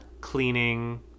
Cleaning